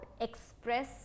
express